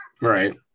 Right